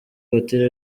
voiture